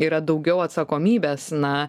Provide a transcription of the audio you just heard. yra daugiau atsakomybės na